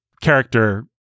character